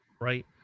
right